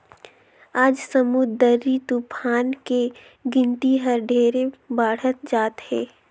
आज समुददरी तुफान के गिनती हर ढेरे बाढ़त जात हे